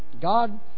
God